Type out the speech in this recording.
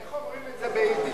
איך אומרים את זה ביידיש?